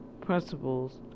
principles